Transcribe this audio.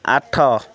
ଆଠ